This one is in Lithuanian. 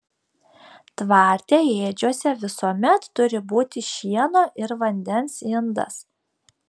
tvarte ėdžiose visuomet turi būti šieno ir vandens indas